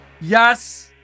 yes